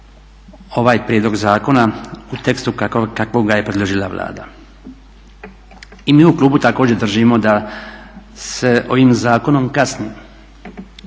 ovaj prijedlog zakona u tekstu kakvog ga je predložila Vlada. I mi u klubu također držimo da se s ovim zakonom kasni.